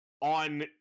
on